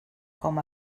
com